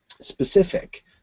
specific